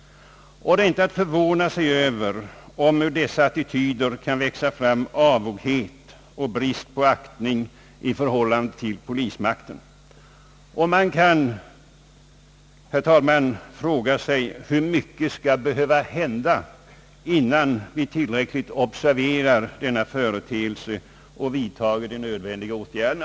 Det är inte att förvåna sig över om det ur dessa attityder kan växa fram avoghet och brist på aktning i förhållande till polismakten. Man kan, herr talman, fråga sig hur mycket som skall behöva hända innan vi tillräckligt uppmärksammar denna företeelse och vidtager de nödvändiga åtgärderna.